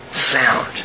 sound